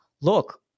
look